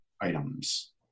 items